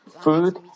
food